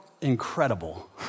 incredible